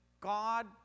God